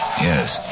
Yes